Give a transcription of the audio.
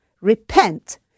Repent